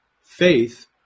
faith